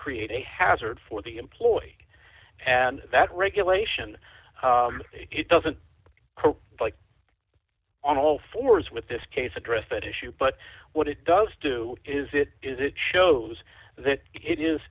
create a hazard for the employee and that regulation it doesn't like on all fours with this case address that issue but what it does do is it is it shows that it is